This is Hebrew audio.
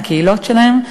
מהקהילות שלהם,